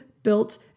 Built